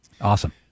Awesome